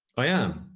i am.